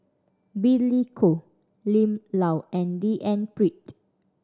Billy Koh Lim Lau and D N Pritt